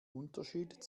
unterschied